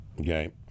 Okay